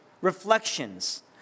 reflections